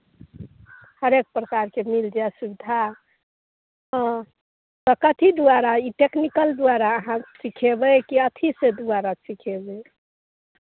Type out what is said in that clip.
हरेक प्रकारके मिल जायत सुविधा हँ तऽ कथी द्वारा ई टेक्निकल द्वारा अहाँ सिखयबै कि अथीके द्वारा सिखयबै